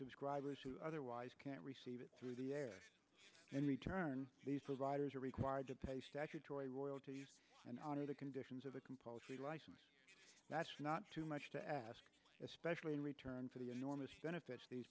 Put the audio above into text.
subscribers who otherwise can't receive it through the air and return these providers are required to pay statutory royalties and honor the conditions of the compulsory license that's not too much to ask especially in return for the enormous benefits these